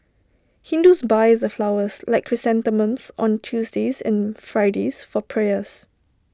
Hindus buy the flowers like chrysanthemums on Tuesdays and Fridays for prayers